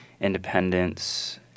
independence